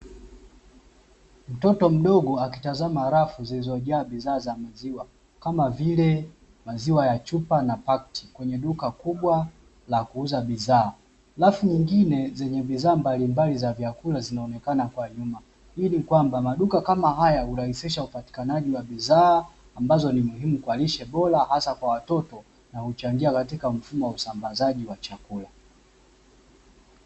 Mtoto mdogo akitazama rafu zilizojaa bidhaa za maziwa kama vile maziwa ya chupa na pakti kwenye duka kubwa la kuuza bidhaa, rafu zingine zenye bidhaa mbalimbali za vyakula zinaonekana kwa nyuma. Hii ni kwamba maduka kama haya hurahisisha upatikanaji wa bidhaa ambazo ni muhimu kwa lishe bora hasa kwa watoto na huchangia katika mfumo wa usambazaji wa chakula.